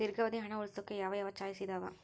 ದೇರ್ಘಾವಧಿ ಹಣ ಉಳಿಸೋಕೆ ಯಾವ ಯಾವ ಚಾಯ್ಸ್ ಇದಾವ?